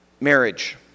marriage